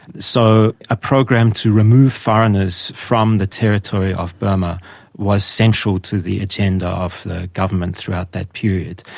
so a program to remove foreigners from the territory of burma was central to the agenda of the government throughout that period.